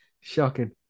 Shocking